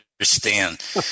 understand